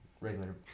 regular